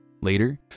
later